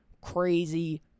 crazy